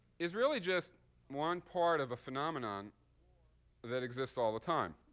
is really just one part of a phenomenon that exists all the time.